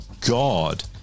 God